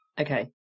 okay